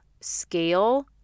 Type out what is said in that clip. scale